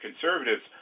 conservatives